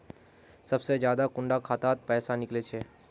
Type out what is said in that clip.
सबसे ज्यादा कुंडा खाता त पैसा निकले छे?